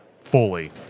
fully